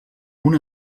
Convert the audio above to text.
una